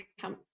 come